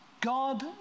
God